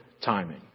timing